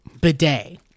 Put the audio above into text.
bidet